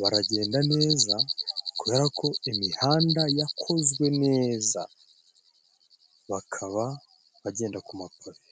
Baragenda neza kubera ko imihanda yakozwe neza. Bakaba bagenda ku mapave.